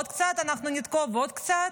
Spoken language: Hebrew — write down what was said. ועוד קצת, אנחנו נתקוף, ועוד קצת?